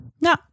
No